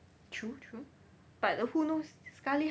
true true but who knows sekali